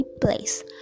place